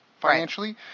financially